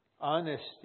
honesty